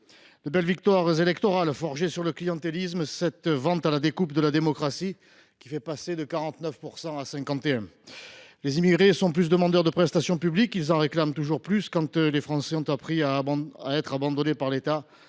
de belles victoires électorales fondées sur le clientélisme, cette vente à la découpe de la démocratie, qui fait passer de 49 % à 51 % des votes. Les immigrés sont demandeurs de prestations publiques, ils en réclament toujours plus, quand les Français ont appris à être abandonnés par l’État